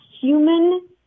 human